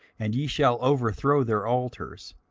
and ye shall overthrow their altars,